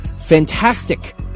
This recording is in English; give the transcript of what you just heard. fantastic